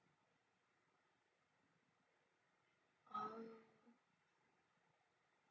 uh